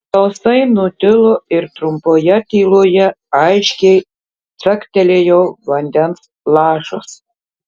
balsai nutilo ir trumpoje tyloje aiškiai caktelėjo vandens lašas